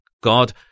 God